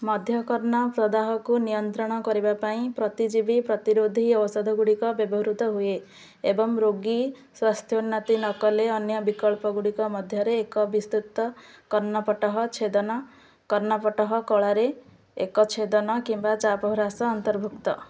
ମଧ୍ୟକର୍ଣ୍ଣ ପ୍ରଦାହକୁ ନିୟନ୍ତ୍ରଣ କରିବା ପାଇଁ ପ୍ରତିଜୀବି ପ୍ରତିରୋଧି ଔଷଧଗୁଡ଼ିକ ବ୍ୟବହୃତ ହୁଏ ଏବଂ ରୋଗୀ ସ୍ୱାସ୍ଥ୍ଥ୍ୟୋନ୍ନତି ନକଲେ ଅନ୍ୟ ବିକଳ୍ପଗୁଡ଼ିକ ମଧ୍ୟରେ ଏକ ବିସ୍ତୃତ କର୍ଣ୍ଣପଟହ ଛେଦନ କର୍ଣ୍ଣପଟହ କଳାରେ ଏକ ଛେଦନ କିମ୍ବା ଚାପହ୍ରାସ ଅନ୍ତର୍ଭୁକ୍ତ